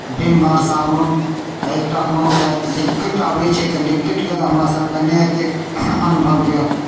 Vim bar साबुन आ एकटा कोनो शायद लिक्विड आबै छै तऽ लिक्विडके तऽ हमरासभके नहि एतेक अनुभव यए